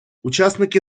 учасники